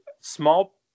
small